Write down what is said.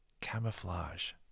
camouflage